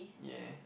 ya